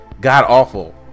god-awful